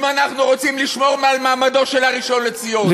אם אנחנו רוצים לשמור על מעמדו של הראשון לציון,